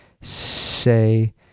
say